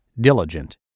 diligent